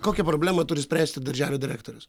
kokią problemą turi spręsti darželio direktorius